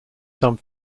some